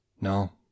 No